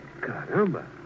Caramba